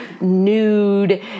nude